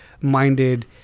minded